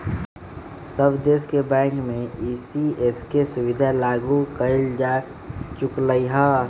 सब देश के बैंक में ई.सी.एस के सुविधा लागू कएल जा चुकलई ह